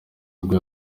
ubwo